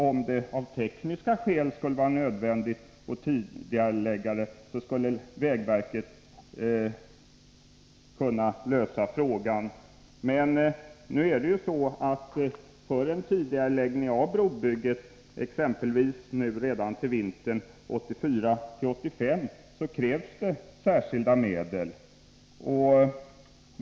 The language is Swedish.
Om det av tekniska skäl skulle vara nödvändigt att tidigarelägga byggandet förutsätter jag att vägverket skulle kunna lösa frågan. Men för en tidigareläggning av brobygget, exempelvis redan till vintern 1984-1985, krävs det särskilda medel.